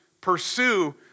pursue